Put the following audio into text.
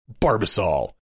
Barbasol